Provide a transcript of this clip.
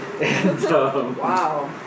Wow